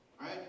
Right